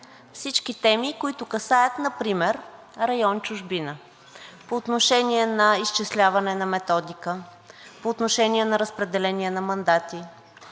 всички теми, които касаят например район „Чужбина“ по отношение на изчисляване на методика, по отношение на разпределение на мандати,